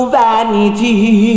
vanity